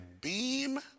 beam